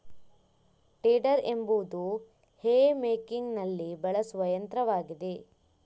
tedder ಎಂಬುದು hay ಮೇಕಿಂಗಿನಲ್ಲಿ ಬಳಸುವ ಯಂತ್ರವಾಗಿದೆ